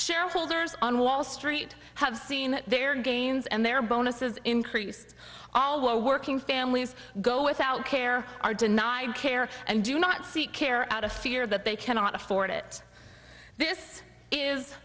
shareholders on wall street have seen their gains and their bonuses increased all while working families go without care are denied care and do not seek care out of fear that they cannot afford it this is